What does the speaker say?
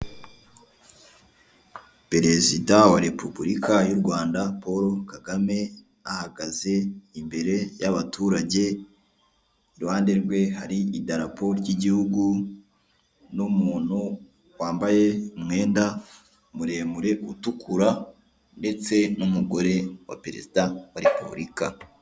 Perezida wa repuburika y'u Rwanda Paul Kagame ahagaze imbere y'abaturage, iruhande rwe hari idarapo ry'igihugu, n'umuntu wambaye umwenda muremure utukura ndetse n'umugore wa perezida wa repuburika.